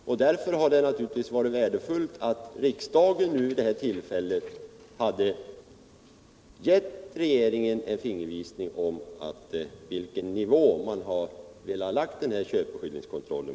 Mot den bakgrunden borde riksdagen ha givit regeringen en fingervisning om på vilken nivå man velat lägga köpeskillingskontrollen.